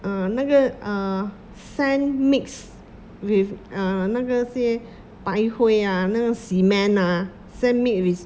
uh 那个 err sand mixed with err 那个些白灰啊那个 cement ah sand mixed with